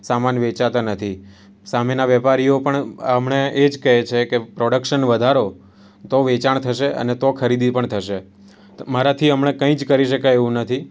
સામાન વેચાતા નથી સામેના વેપારીઓ પણ અમને એ જ કહે છે કે પ્રોડક્શન વધારો તો વેચાણ થશે અને તો ખરીદી પણ થશે તો મારાથી હમણાં કંઈ જ કરી શકાય એવું નથી